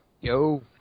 Yo